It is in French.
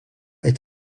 est